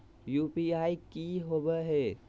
UPI की होबो है?